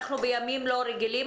אנחנו בימים לא רגילים,